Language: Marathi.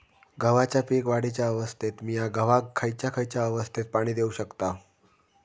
गव्हाच्या पीक वाढीच्या अवस्थेत मिया गव्हाक खैयचा खैयचा अवस्थेत पाणी देउक शकताव?